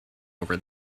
over